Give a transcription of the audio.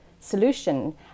solution